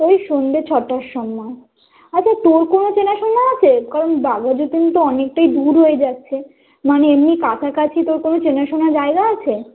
ওই সন্দে ছটার সময় আচ্ছা তোর কোনো চেনাশোনা আছে কারণ বাঘাযতীনটা অনেকটাই দূর হয়ে যাচ্ছে মানে এমনি কাছাকাছি তো তোর চেনাশোনা জায়গায় আছে